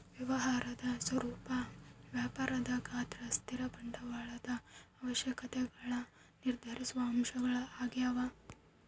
ವ್ಯವಹಾರದ ಸ್ವರೂಪ ವ್ಯಾಪಾರದ ಗಾತ್ರ ಸ್ಥಿರ ಬಂಡವಾಳದ ಅವಶ್ಯಕತೆಗುಳ್ನ ನಿರ್ಧರಿಸುವ ಅಂಶಗಳು ಆಗ್ಯವ